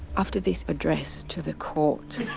after this address to the court,